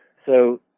so,